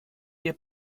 wir